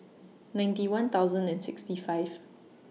ninety one thousand and sixty five